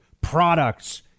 products